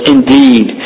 Indeed